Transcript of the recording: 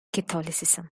catholicism